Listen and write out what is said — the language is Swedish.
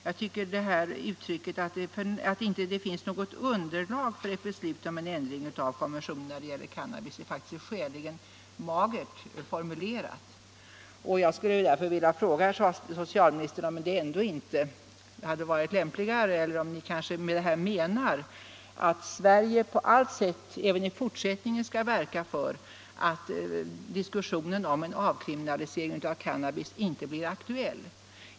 Jag tycker att uttalandet att det inte finns något underlag för ett beslut om ändring av konventionen när det gäller cannabis är skäligen magert. Därför skulle jag vilja fråga herr socialministern om han kanske med det här menar att Sverige på allt sätt även i fortsättningen skall verka för att diskussionen om avkriminalisering av cannabis inte blir aktuell.